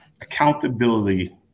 accountability